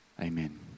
amen